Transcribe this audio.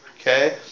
okay